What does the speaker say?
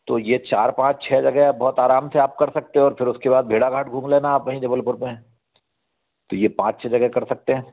तो ये चार पाँच छः जगह है बहुत आराम से आप कर सकते हो और फिर उसके बाद भेड़ाघाट घूम लेना आप वहीं जबलपुर में तो ये पाँच छः जगह कर सकते हैं